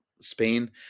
Spain